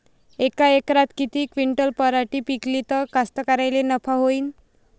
यका एकरात किती क्विंटल पराटी पिकली त कास्तकाराइले नफा होईन?